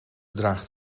draagt